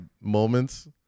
moments